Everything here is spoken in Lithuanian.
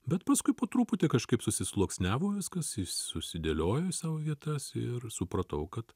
bet paskui po truputį kažkaip susisluoksniavo viskas susidėliojo į savo vietas ir supratau kad